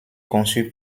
conçu